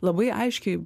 labai aiškiai